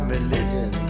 religion